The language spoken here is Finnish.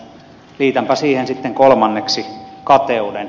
liitänpä siihen sitten kolmanneksi kateuden